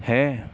ਹੈ